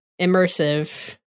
immersive